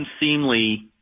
unseemly